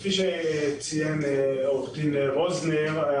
כפי שציין עורך דין רוזנר,